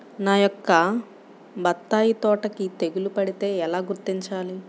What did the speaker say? నా యొక్క బత్తాయి తోటకి తెగులు పడితే ఎలా గుర్తించాలి?